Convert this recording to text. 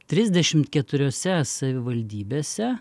trisdešimt keturiose savivaldybėse